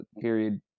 period